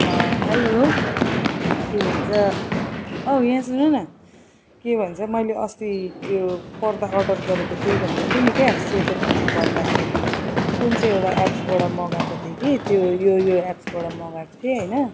hello के भन्छ औ यहाँ सुन न के भन्छ मैले अस्ति त्यो पर्दा अर्डर गरेको थिएँ भन्दै थिएँ नि क्या सेतो खालको पर्दा कुन चाहिँ एउटा एप्सबाट मगाएको थिएँ कि यो यो एप्सबाट मगाएको थिएँ होइन